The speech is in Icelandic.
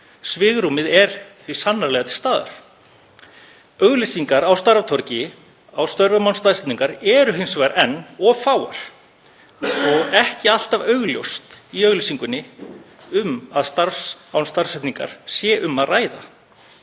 Svigrúmið er því sannarlega til staðar. Auglýsingar á Starfatorgi á störfum án staðsetningar eru hins vegar enn of fáar og ekki alltaf augljóst í auglýsingunni að um starf án staðsetningar sé að ræða.